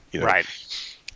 Right